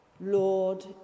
Lord